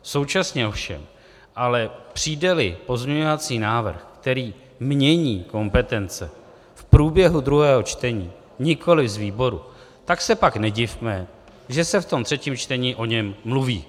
Současně ovšem ale, přijdeli pozměňovací návrh, který mění kompetence v průběhu druhého čtení, nikoliv z výboru, tak se pak nedivme, že se v tom třetím čtení o něm mluví.